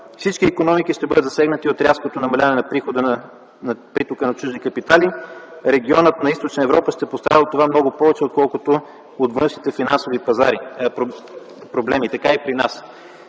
Всички икономики ще бъдат засегнати от рязкото намаляване на притока на чужди капитали. Регионът на Източна Европа ще пострада от това много повече, отколкото от външните финансови проблеми. Така е и при нас.